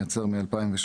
תמר מייצר מ-2013,